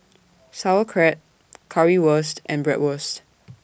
Sauerkraut Currywurst and Bratwurst